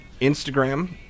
Instagram